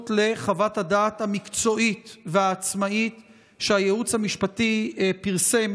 לחוות הדעת המקצועית והעצמאית שהייעוץ המשפטי פרסם